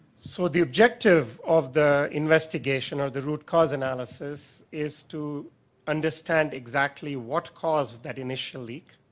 so the objective of the investigation or the root cause analysis is to understand exactly what caused that initial leak,